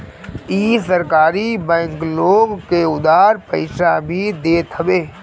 इ सहकारी बैंक लोग के उधार पईसा भी देत हवे